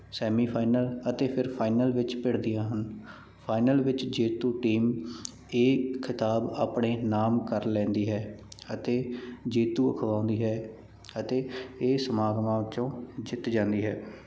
semifinal ਅਤੇ ਫਿਰ final ਵਿੱਚ ਭਿੜਦੀਆਂ ਹਨ ਫਾਈਨਲ ਵਿੱਚ ਜੇਤੂ ਟੀਮ ਇਹ ਖਿਤਾਬ ਆਪਣੇ ਨਾਮ ਕਰ ਲੈਂਦੀ ਹੈ ਅਤੇ ਜੇਤੂ ਅਖਵਾਉਂਦੀ ਹੈ ਅਤੇ ਇਹ ਸਮਾਗਮਾਂ ਵਿੱਚੋਂ ਜਿੱਤ ਜਾਂਦੀ ਹੈ